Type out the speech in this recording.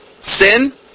sin